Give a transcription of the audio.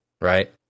right